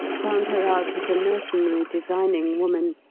found her out as a mercenary, designing woman,